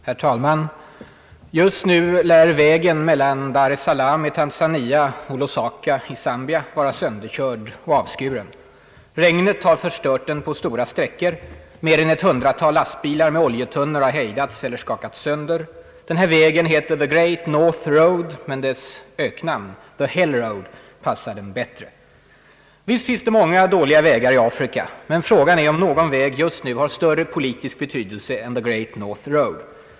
Herr talman! Just nu lär vägen mellan Dar-es-Salaam i Tanzania och Lusaka i Zambia vara sönderkörd och avskuren. Regnet har förstört den på stora sträckor. Mer än ett hundratal lastbilar med oljetunnor har hejdats eller skakat sönder. Denna väg heter The Great North Road men dess öknamn, The Hell Road, passar den bättre. Visst finns det många dåliga vägar i Afrika. Men frågan är om någon väg just nu har större politisk betydelse än The Great North Road.